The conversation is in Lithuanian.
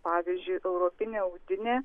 pavyzdžiui europinė audinė